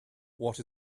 what